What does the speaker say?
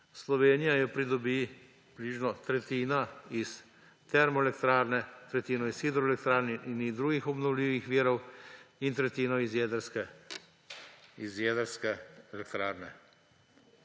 Slovenija jo pridobi približno tretjino iz termoelektrarne, tretjino iz hidroelektrarn in iz drugih obnovljivih virov in tretjino iz jedrske elektrarne.